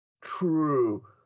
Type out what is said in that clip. true